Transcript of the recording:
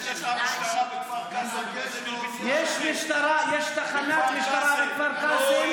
יש לך משטרה בכפר קאסם, יש תחנת משטרה בכפר קאסם.